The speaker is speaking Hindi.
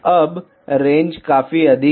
अब रेंज काफी अधिक है